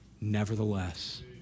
nevertheless